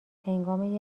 هنگام